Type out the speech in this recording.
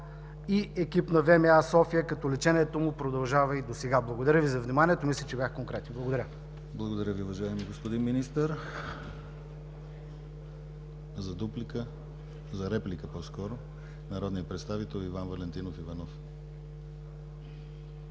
и екип на ВМА – София, като лечението му продължава и досега. Благодаря Ви за вниманието. Мисля, че бях конкретен. Благодаря. ПРЕДСЕДАТЕЛ ДИМИТЪР ГЛАВЧЕВ: Благодаря Ви, уважаеми господин Министър. За дуплика, за реплика по-скоро – народният представител Иван Валентинов Иванов.